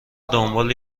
دنبال